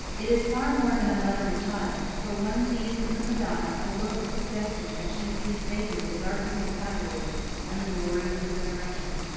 it is far more than a mother and child, for one sees in the madonna a look suggesting that she sees vaguely the darkness of calvary and the glory of the resurrection.